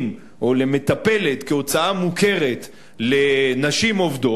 או על מטפלת כהוצאה מוכרת לנשים עובדות,